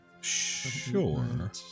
Sure